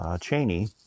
Cheney